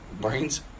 Brains